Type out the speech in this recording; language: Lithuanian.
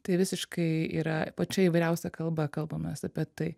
tai visiškai yra pačia įvairiausia kalba kalbamės apie tai